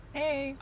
hey